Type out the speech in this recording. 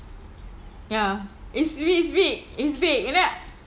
ya it's big it's big it's big and then